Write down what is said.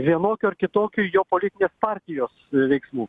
vienokių ar kitokių jo politinės partijos veiksmų